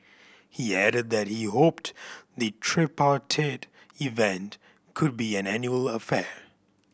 he added that he hoped the tripartite event could be an annual affair